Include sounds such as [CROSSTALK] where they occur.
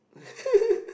[LAUGHS]